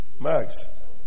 Max